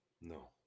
No